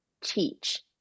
teach